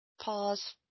Pause